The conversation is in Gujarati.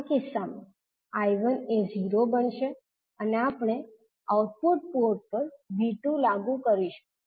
આ કિસ્સામાં 𝐈1 એ 0 બનશે અને આપણે આઉટપુટ પોર્ટ પર 𝐕2 લાગુ કરીશું